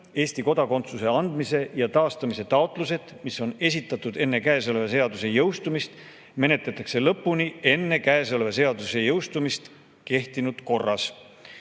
Eesti kodakondsuse andmise ja taastamise taotlused, mis on esitatud enne käesoleva seaduse jõustumist, menetletakse lõpuni enne käesoleva seaduse jõustumist kehtinud korras."